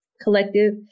collective